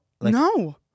No